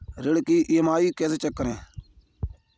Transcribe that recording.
ऋण की ई.एम.आई कैसे चेक करें?